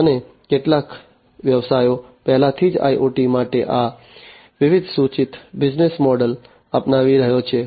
અને કેટલાક વ્યવસાયો પહેલેથી જ IoT માટે આ વિવિધ સૂચિત બિઝનેસ મોડલ અપનાવી રહ્યા છે